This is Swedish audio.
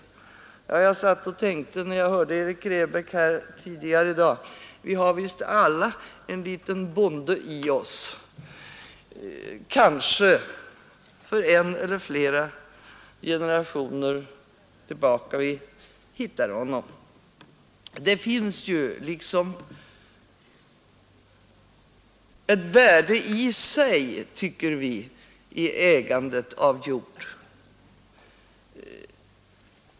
När jag hörde Erik Grebäck tidigare i dag satt jag och tänkte att vi har visst alla en liten bonde i oss — vi hittar honom kanske en eller flera generationer tillbaka. Det finns liksom ett värde i sig, tycker vi, i ägandet av jord.